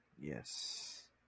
Yes